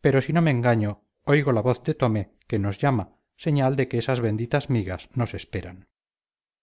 pero si no me engaño oigo la voz de tomé que nos llama señal de que esas benditas migas nos esperan